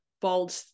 bold